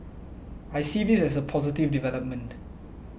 I see this as a positive development